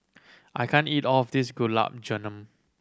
I can't eat all of this Gulab Jamun